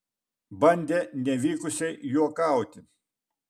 bandė nevykusiai juokauti